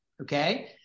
okay